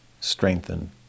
strengthen